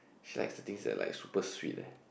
she likes the things that like super sweet eh